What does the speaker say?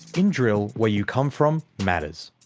in drill, where you come from matters.